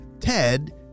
Ted